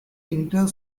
inter